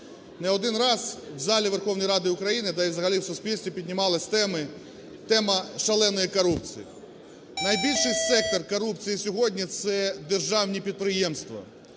Не один раз в залі Верховної Ради України, да і взагалі в суспільстві, піднімалась тема шаленої корупції. Найбільший сектор корупції сьогодні – це державні підприємства,